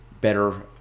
better